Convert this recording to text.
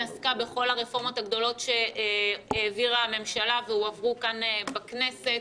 שעסקה בכל הרפורמות הגדולות שהעבירה הממשלה והועברו כאן בכנסת,